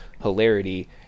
hilarity